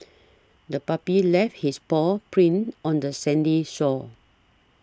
the puppy left his paw prints on the sandy shore